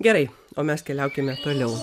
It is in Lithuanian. gerai o mes keliaukime toliau